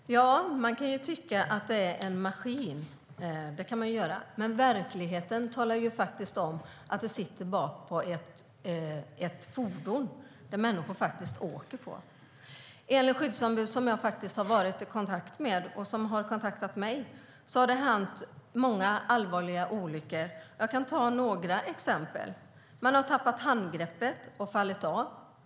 Fru talman! Ja, man kan ju tycka att det är en maskin. Men i verkligheten sitter det bak på ett fordon där människor åker. Enligt skyddsombud jag har varit i kontakt med, och som har kontaktat mig, har många allvarliga olyckor hänt. Jag kan ta några exempel. Man har tappat handgreppet och fallit av.